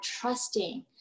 trusting